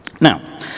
Now